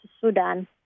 Sudan